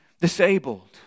disabled